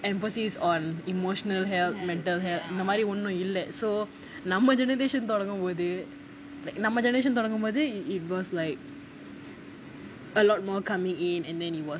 emphasis on emotional health mental health இந்த மாரி:intha maari so நம்ம:namma generation தொடங்கும்போது நம்ம:thodangumpothu namma generation தொடங்கும்போது:thodangumbothu it was like a lot more coming in and then it was